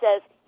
says